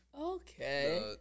Okay